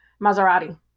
Maserati